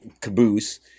caboose